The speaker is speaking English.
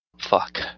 Fuck